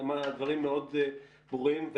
הדברים מאוד ברורים,